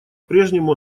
прежнему